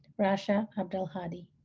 rasha abdulhadi.